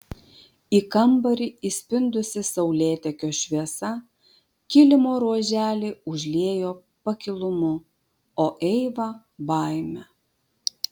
į kambarį įspindusi saulėtekio šviesa kilimo ruoželį užliejo pakilumu o eivą baime